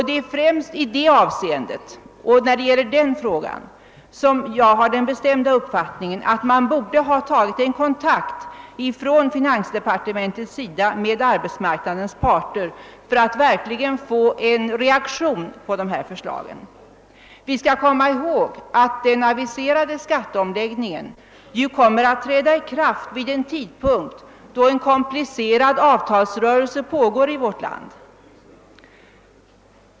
Det är främst när det gäller den frågan som jag har den bestämda uppfattningen, att man i finansdepartementet borde ha tagit kontakt med arbetsmarknadens parter för att verkligen få en reaktion på de här förslagen. Vi bör ju komma ihåg att den aviserade skatteomläggningen kommer att träda i kraft vid en tidpunkt då en komplicerad avtalsrörelse pågår i vårt land.